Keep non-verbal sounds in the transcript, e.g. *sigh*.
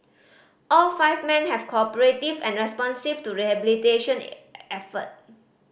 all five men have cooperative and responsive to rehabilitation *hesitation* effort